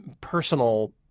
personal